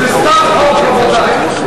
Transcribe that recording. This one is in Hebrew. זה סתם חוק,